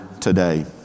today